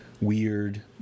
weird